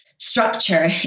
structure